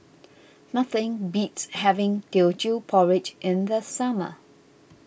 nothing beats having Teochew Porridge in the summer